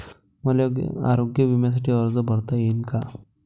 मले आरोग्य बिम्यासाठी अर्ज करता येईन का?